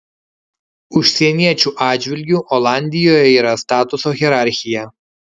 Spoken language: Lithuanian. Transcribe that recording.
užsieniečių atžvilgiu olandijoje yra statuso hierarchija